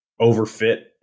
overfit